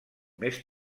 més